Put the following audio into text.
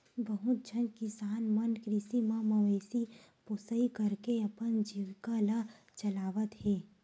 बहुत झन किसान मन कृषि म मवेशी पोसई करके अपन जीविका ल चलावत हे